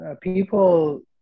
people